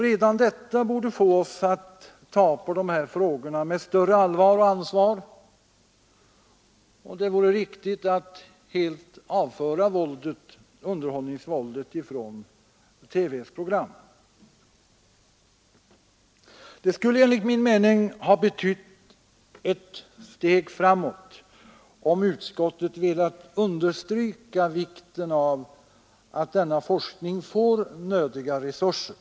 Redan detta borde få oss att ta på dessa frågor med större allvar och ansvar. Det vore riktigt att helt avföra underhållningsvåldet från TV:s program. Det skulle enligt min mening ha betytt ett steg framåt om utskottet velat understryka vikten av att denna forskning får nödiga resurser.